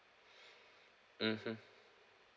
mmhmm